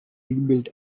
rebuilt